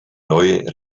neue